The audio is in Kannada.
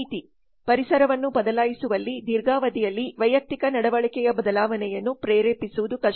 ನೀತಿ ಪರಿಸರವನ್ನು ಬದಲಾಯಿಸುವಲ್ಲಿ ದೀರ್ಘಾವಧಿಯಲ್ಲಿ ವೈಯಕ್ತಿಕ ನಡವಳಿಕೆಯ ಬದಲಾವಣೆಯನ್ನು ಪ್ರೇರೇಪಿಸುವುದು ಕಷ್ಟ